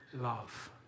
love